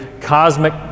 cosmic